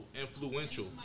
influential